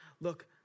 look